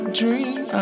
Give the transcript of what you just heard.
dream